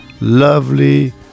lovely